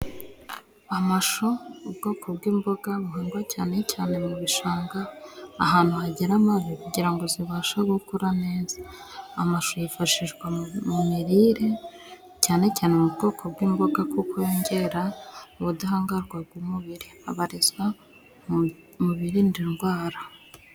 Amashu, ubwoko bw'imboga buhingwa cyane cyane mu bishanga, ahantu hagera amazi kugira ngo zibashe gukora neza. Amashu yifashishwa mu mu mirire cyane cyane mu bwoko bw'imboga kuko yongera ubudahangarwa bw'umubiri. Abarizwa mu birinda indwara.